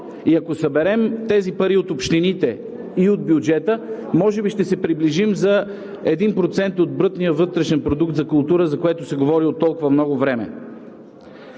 Ако съберем тези пари от общините и от бюджета, може би ще се приближим до този един процент от брутния вътрешен продукт за култура, за което се говори от толкова много време.